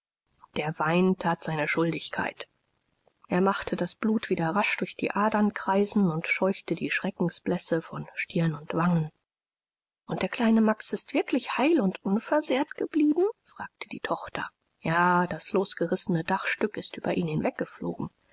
der wein that seine schuldigkeit er machte das blut wieder rasch durch die adern kreisen und scheuchte die schreckensblässe von stirn und wangen und der kleine max ist wirklich heil und unversehrt geblieben fragte die tochter ja das losgerissene dachstück ist über ihn